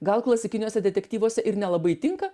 gal klasikiniuose detektyvuose ir nelabai tinka